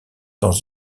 dans